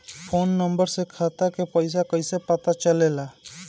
Phone number से खाता के पइसा कईसे पता चलेला?